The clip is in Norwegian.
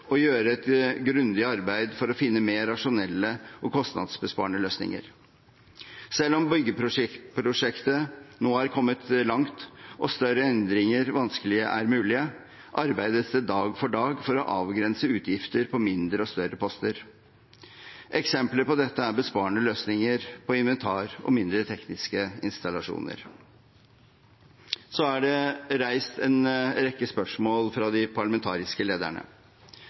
og gjøre et grundig arbeid for å finne mer rasjonelle og kostnadsbesparende løsninger. Selv om byggeprosjektet nå er kommet langt og større endringer vanskelig er mulig, arbeides det dag for dag for å avgrense utgifter på mindre og større poster. Eksempler på dette er besparende løsninger på inventar og mindre tekniske installasjoner. Så er det reist en rekke spørsmål fra de parlamentariske lederne.